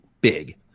big